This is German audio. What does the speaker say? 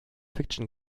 fiction